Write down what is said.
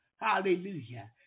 Hallelujah